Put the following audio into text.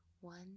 one